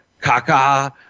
Kaka